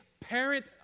parent